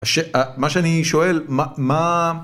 מה שאני שואל מה מה